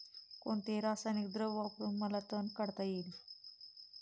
कोणते रासायनिक द्रव वापरून मला तण काढता येईल?